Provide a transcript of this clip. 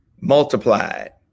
multiplied